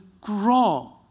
grow